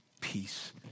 peace